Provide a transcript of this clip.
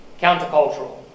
countercultural